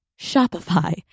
Shopify